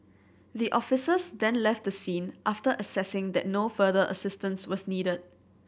the officers then left the scene after assessing that no further assistance was needed